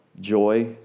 joy